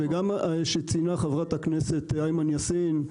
כפי שציינה חברת הכנסת אימאן יאסין.